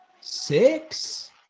Six